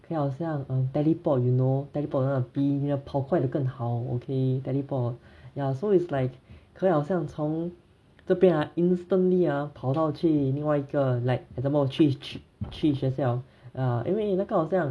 可以好像 um teleport you know teleport 那种跑比你跑快的更好 okay teleport ya so it's like 可以好像从这边啊 instantly ah 跑到去另外一个 like example 去去学校啊因为那个好像